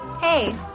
Hey